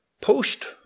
post-